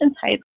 type